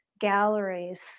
galleries